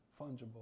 fungible